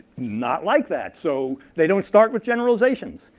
not like that. so they don't start with generalizations.